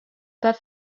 pas